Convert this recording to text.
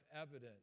evidence